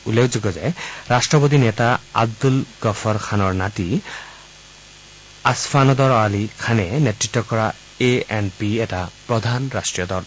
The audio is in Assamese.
উল্লেখযোগ্য যে ৰাষ্টবাদী নেতা আব্দুল গফৰ খানৰ নাতি আছফানডৰ ৱালি খানে নেতৃত্ব কৰা এ এন পি এটা প্ৰধান ৰাষ্ট্ৰীয় দল